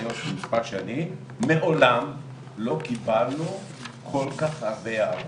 מעולם לא קיבלנו כל כך הרבה הערות.